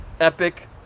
Epic